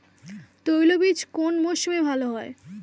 তৈলবীজ কোন মরশুমে ভাল হয়?